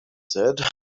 said